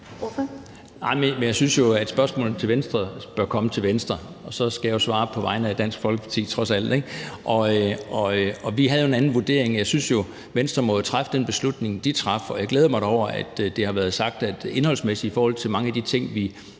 Dahl (DF): Jeg synes jo, at spørgsmål til Venstre, bør stilles til Venstre, og så skal jeg svare på spørgsmål om Dansk Folkeparti, trods alt. Vi havde en anden vurdering. Jeg synes, Venstre må træffe den beslutning, de traf, og jeg glæder mig da over, at det er blevet sagt, at der indholdsmæssigt i forhold til mange af de ting, vi